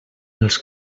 els